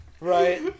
Right